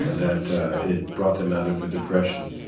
that it brought them out of a depression.